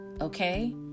Okay